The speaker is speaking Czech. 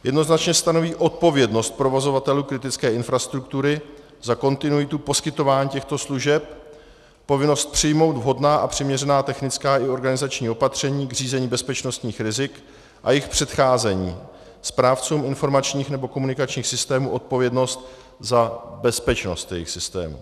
Jednoznačně stanoví odpovědnost provozovatelů kritické infrastruktury za kontinuitu poskytování těchto služeb, povinnost přijmout vhodná a přiměřená technická i organizační opatření k řízení bezpečnostních rizik a jejich předcházení, správcům informačních nebo komunikačních systémů odpovědnost za bezpečnost jejich systémů.